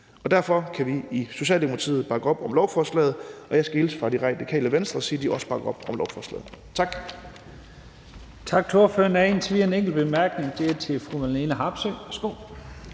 Derfor kan vi i Socialdemokratiet bakke op om lovforslaget, og jeg skal hilse fra Radikale Venstre og sige, at de også bakker op om lovforslaget. Tak.